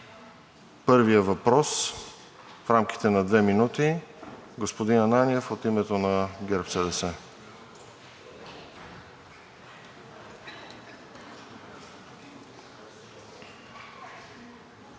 първия въпрос в рамките на две минути. Господин Ананиев – от името на ГЕРБ-СДС.